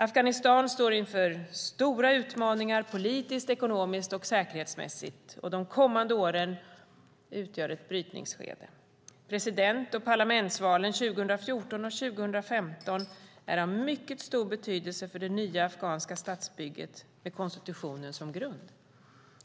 Afghanistan står inför stora utmaningar politiskt, ekonomiskt och säkerhetsmässigt. De kommande åren utgör ett brytningsskede. President och parlamentsvalen 2014 och 2015 är av mycket stor betydelse för det nya afghanska statsbygget med konstitutionen som grund.